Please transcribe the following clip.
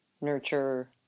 nurture